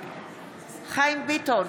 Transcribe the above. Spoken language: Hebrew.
חיים ביטון,